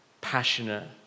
passionate